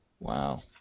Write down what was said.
Wow